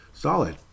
Solid